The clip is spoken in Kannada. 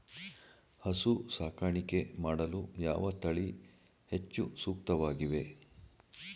ಹಸು ಸಾಕಾಣಿಕೆ ಮಾಡಲು ಯಾವ ತಳಿ ಹೆಚ್ಚು ಸೂಕ್ತವಾಗಿವೆ?